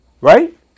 Right